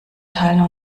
teilen